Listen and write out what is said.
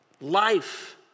life